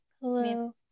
Hello